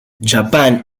japan